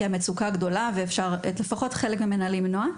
כי המצוקה גדולה ואפשר חלק גדול ממנה למנוע.